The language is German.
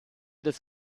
des